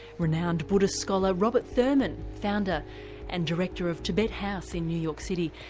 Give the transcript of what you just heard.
renown buddhist scholar robert thurman, founder and director of tibet house in new york city,